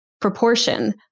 proportion